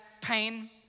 pain